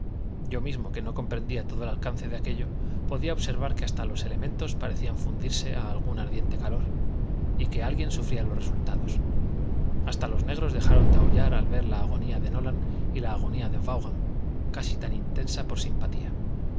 yo mismo que no comprendía todo el alcance de aquello podía observar que hasta los elementos parecían fundirse a algún ardiente calor y que alguien sufría los resultados hasta los negros dejaron de aullar al ver la agonía de nolan y la agonía de vaughan casi tan intensa por simpatía